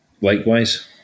Likewise